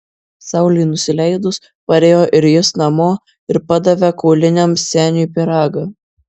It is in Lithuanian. saulei nusileidus parėjo ir jis namo ir padavė kauliniams seniui pyragą